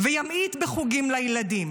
וימעיט בחוגים לילדים,